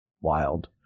wild